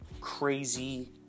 Crazy